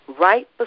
right